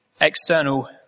external